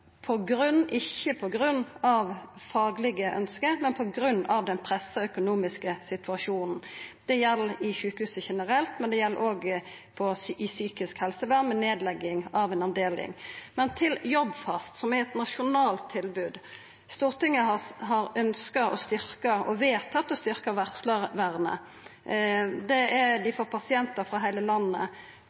ikkje på grunn av faglege ønske, men på grunn av den pressa økonomiske situasjonen. Det gjeld i sjukehuset generelt, men det gjeld òg i psykisk helsevern – med nedlegging av ei avdeling. Men til Jobbfast, som er eit nasjonalt tilbod: Stortinget har ønskt å styrkja – og vedtatt å styrkja – varslarvernet. Dei får pasientar frå heile landet.